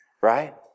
Right